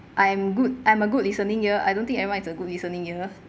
I'm good I'm a good listening ear I don't think everyone is a good listening ear